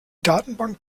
datenbank